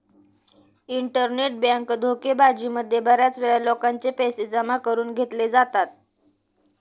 internet bank धोकेबाजी मध्ये बऱ्याच वेळा लोकांचे पैसे जमा करून घेतले जातात